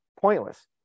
pointless